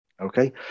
okay